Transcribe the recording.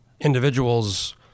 individuals